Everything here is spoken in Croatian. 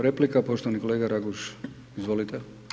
Replika poštovani kolega Raguž, izvolite.